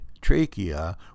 trachea